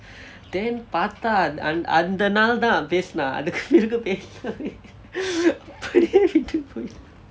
then பார்த்தா அந்த நாள் தான் பேசினான் அதுக்கு அப்புறம்:paartthaa antha naal thaan pesinaan athukku appuram